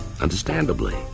understandably